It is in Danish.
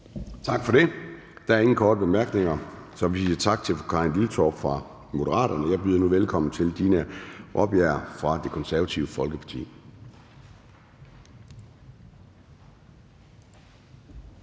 Tak for det. Der er ingen korte bemærkninger. Vi siger tak til fru Karin Liltorp fra Moderaterne. Jeg byder velkommen til fru Dina Raabjerg fra Det Konservative Folkeparti.